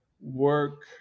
work